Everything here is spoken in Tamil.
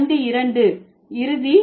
தண்டு இரண்டு இறுதி